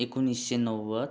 एकोणीसशे नव्वद